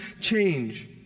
change